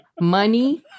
money